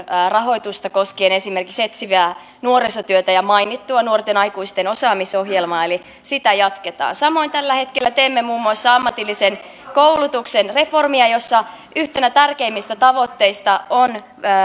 rahoitusta koskien esimerkiksi etsivää nuorisotyötä ja mainittua nuorten aikuisten osaamisohjelmaa eli sitä jatketaan samoin tällä hetkellä teemme muun muassa ammatillisen koulutuksen reformia jossa yhtenä tärkeimmistä tavoitteista on